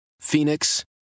Phoenix